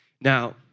Now